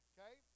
Okay